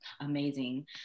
amazing